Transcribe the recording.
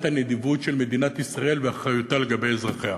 הנדיבות של מדינת ישראל ואחריותה לגבי אזרחיה.